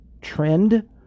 trend